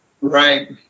Right